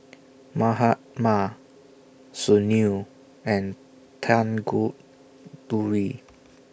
Mahatma Sunil and Tanguturi